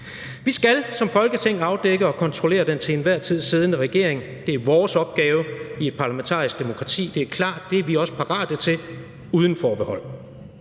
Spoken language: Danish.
Vi skal som Folketing afdække og kontrollere den til enhver tid siddende regering. Det er vores opgave i et parlamentarisk demokrati, det er klart, og det er vi også parate til uden forbehold.